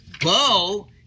bo